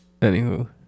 anywho